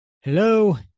Hello